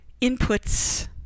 inputs